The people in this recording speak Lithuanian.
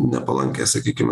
nepalankią sakykime